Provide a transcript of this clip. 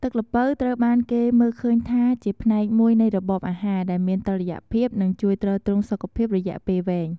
ទឹកល្ពៅត្រូវបានគេមើលឃើញថាជាផ្នែកមួយនៃរបបអាហារដែលមានតុល្យភាព និងជួយទ្រទ្រង់សុខភាពរយៈពេលវែង។